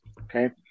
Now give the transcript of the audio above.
okay